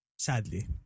Sadly